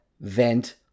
vent